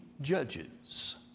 judges